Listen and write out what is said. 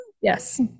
Yes